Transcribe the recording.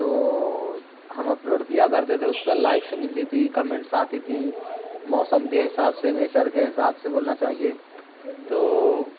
تو ہم اپلوڈ کیا کرتے تھے اس پر لائکس ملتی تھی کمنٹس آتی تھی موسم کے حساب سے نیچر کے حساب سے بولنا چاہیے تو